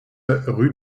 rue